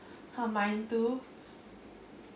her mind to